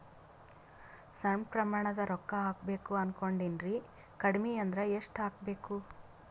ಸಣ್ಣ ಪ್ರಮಾಣದ ರೊಕ್ಕ ಹಾಕಬೇಕು ಅನಕೊಂಡಿನ್ರಿ ಕಡಿಮಿ ಅಂದ್ರ ಎಷ್ಟ ಹಾಕಬೇಕು?